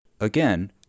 again